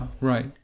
right